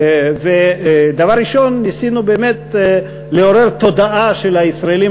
ודבר ראשון ניסינו באמת לעורר תודעה של הישראלים